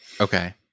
Okay